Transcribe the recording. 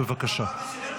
בבקשה.